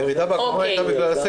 הירידה בעקומה הייתה בגלל הסגר.